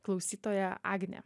klausytoja agnė